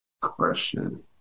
question